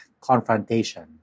confrontation